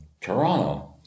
Toronto